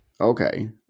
Okay